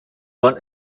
want